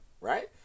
right